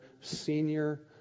senior